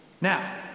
Now